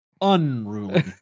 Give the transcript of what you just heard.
unruly